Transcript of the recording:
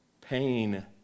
Pain